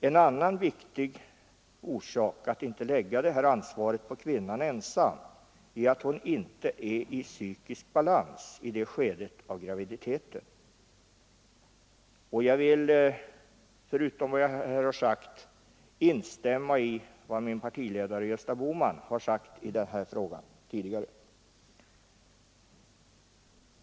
En annan viktig orsak till att inte lägga detta ansvar på kvinnan ensam är att hon inte är i psykisk balans i det skedet av graviditeten. Jag vill här instämma i vad min partiledare, Gösta Bohman, tidigare har sagt i denna fråga.